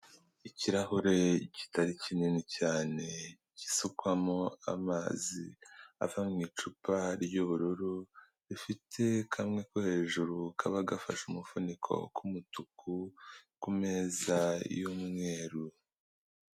Ikirahure kitari kinini cyane, gisukwamo amazi ava mu icupa ry'ubururu rifite kamwe ko hejuru kaba gafashe umufuniko k'umutuku ku meza y'umweru.